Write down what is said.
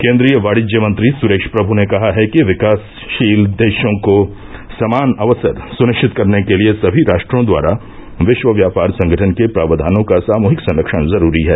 केन्द्रीय वाणिज्य मंत्री सुरेश प्रभू ने कहा है कि विकासशील देशों को समान अवसर सुनिश्चित करने के लिए सभी राष्ट्रों द्वारा विश्व व्यापार संगठन के प्रावधानों का सामूहिक संरक्षण ज़रूरी है